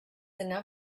enough